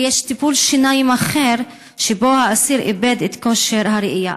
ויש טיפול שיניים אחר שבו האסיר איבד את כושר הראייה.